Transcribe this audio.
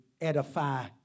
edify